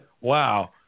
Wow